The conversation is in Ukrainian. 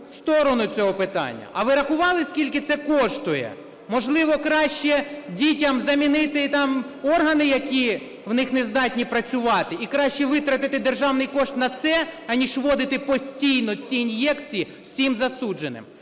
А ви рахували, скільки це коштує? Можливо, краще дітям замінити там органи, які в них не здатні працювати, і краще витратити державний кошт на це, аніж вводити постійно ці ін'єкції всім засудженим?